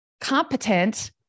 competent